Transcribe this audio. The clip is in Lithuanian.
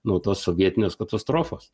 nuo tos sovietinės katastrofos